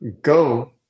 Go